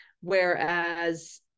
Whereas